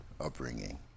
upbringing